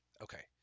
Okay